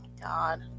God